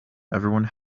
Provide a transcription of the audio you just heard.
everyone